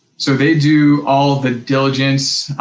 so they do all of the diligence,